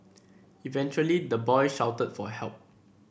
eventually the boy shouted for help